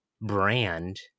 brand